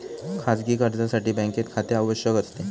खाजगी कर्जासाठी बँकेत खाते आवश्यक असते